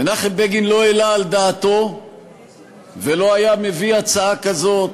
מנחם בגין לא העלה על דעתו ולא היה מביא הצעה כזאת,